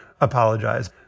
apologize